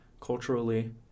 culturally